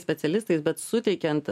specialistais bet suteikiant